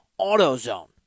AutoZone